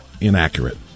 inaccurate